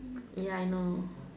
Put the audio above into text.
ya I know